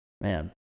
Man